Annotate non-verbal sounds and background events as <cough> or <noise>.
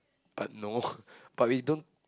but no <breath> but we don't